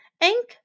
Ink